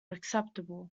acceptable